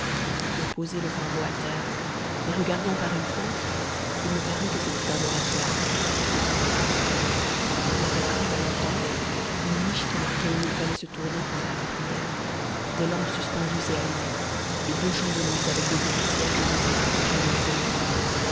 je posai le flambeau à terre et regardant par une fente il me parut que c'était un oratoire en effet il y avait comme dans nos temples une niche qui marquait où il fallait se tourner pour faire la prière des lampes suspendues et allumées et deux chandeliers avec de gros cierges de cire blanche allumés